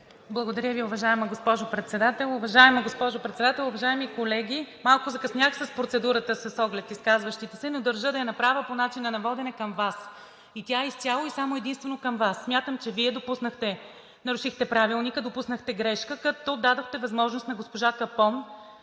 Председател. Уважаема госпожо Председател, уважаеми колеги! Малко закъснях с процедурата с оглед изказващите се, но държа да я направя по начина на водене към Вас. Тя е изцяло и единствено към Вас. Смятам, че Вие нарушихте Правилника, допуснахте грешка като дадохте възможност на госпожа Капон